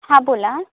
हां बोला